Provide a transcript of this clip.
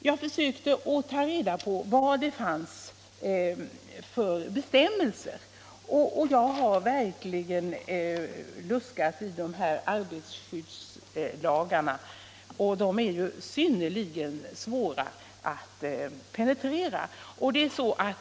Jag försökte ta reda på vad det finns för bestämmelser, och jag har verkligen luskat i arbetarskyddslagarna — de är ju synnerligen svåra att penetrera.